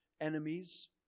enemies